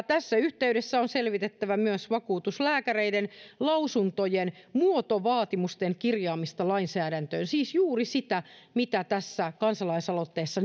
tässä yhteydessä on selvitettävä myös vakuutuslääkäreiden lausuntojen muotovaatimusten kirjaamista lainsäädäntöön siis juuri sitä mitä tässä kansalaisaloitteessa